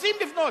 רוצים לבנות.